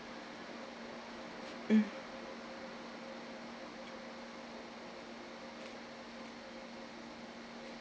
mm